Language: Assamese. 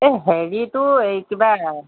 এই হেৰিটো এই কিবা